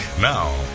now